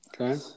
Okay